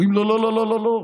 אומרים: לא לא לא לא לא,